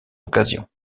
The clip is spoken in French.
occasions